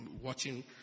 watching